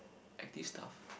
active stuff